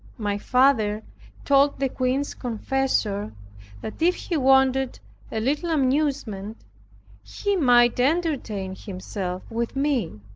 my father told the queen's confessor that if he wanted a little amusement he might entertain himself with me.